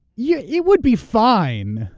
yeah it would be fine,